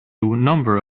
number